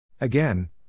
Again